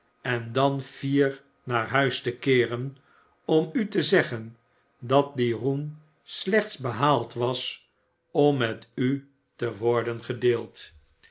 en dan fier naar huis te keeren om u te zeggen dat die roem slechts behaald was om met u te worden gedeeld